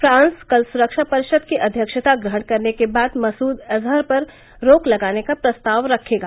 France कल सुरक्षा परिषद की अध्यक्षता ग्रहण करने के बाद मसुद अजहर पर रोक लगाने का प्रस्ताव रखेगा